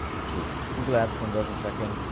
which was google ads conversion tracking,